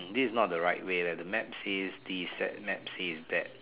this is not the right way leh the map says this that map says that